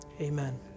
amen